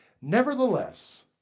Nevertheless